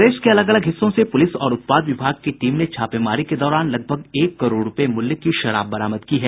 प्रदेश के अलग अलग हिस्सों से पुलिस और उत्पाद विभाग की टीम ने छापेमारी के दौरान लगभग एक करोड़ रूपये मूल्य की शराब बरामद की है